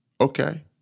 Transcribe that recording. Okay